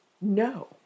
No